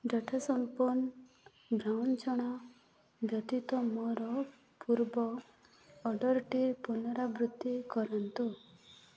data ସମ୍ପନ୍ନ brown ଚଣା ବ୍ୟତୀତ ମୋର ପୂର୍ବ ଅର୍ଡ଼ର୍ଟି ପୁନରାବୃତ୍ତି କରନ୍ତୁ